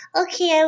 okay